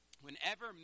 whenever